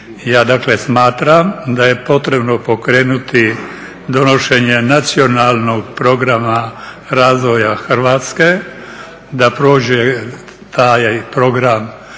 Ja dakle smatram da je potrebno pokrenuti donošenje nacionalnog programa razvoja Hrvatske da prođe taj program